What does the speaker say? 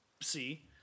see